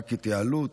רק התייעלות,